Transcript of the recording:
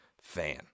fan